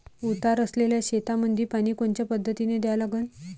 उतार असलेल्या शेतामंदी पानी कोनच्या पद्धतीने द्या लागन?